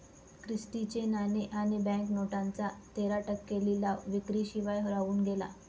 Christie चे नाणे आणि बँक नोटांचा तेरा टक्के लिलाव विक्री शिवाय राहून गेला